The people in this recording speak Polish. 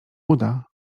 uda